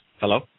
Hello